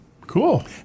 Cool